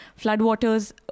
floodwaters